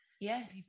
Yes